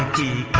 da